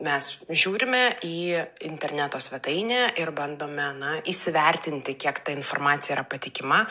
mes žiūrime į interneto svetainę ir bandome na įsivertinti kiek ta informacija yra patikima